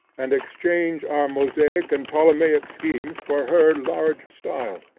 and exchange our mosaic and ptolemaic schemes for her large style.